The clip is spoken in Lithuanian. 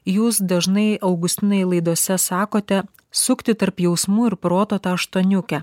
jūs dažnai augustinai laidose sakote sukti tarp jausmų ir proto tą aštuoniukę